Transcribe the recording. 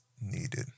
needed